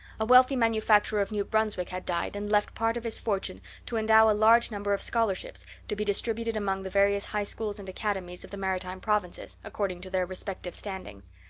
a wealthy manufacturer of new brunswick had died and left part of his fortune to endow a large number of scholarships to be distributed among the various high schools and academies of the maritime provinces, according to their respective standings.